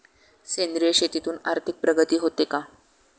सेंद्रिय शेतीतून आर्थिक प्रगती होते का?